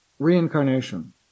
reincarnation